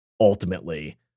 ultimately